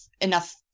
enough